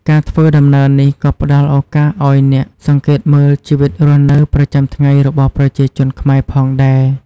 ការធ្វើដំណើរនេះក៏ផ្តល់ឱកាសឱ្យអ្នកសង្កេតមើលជីវិតរស់នៅប្រចាំថ្ងៃរបស់ប្រជាជនខ្មែរផងដែរ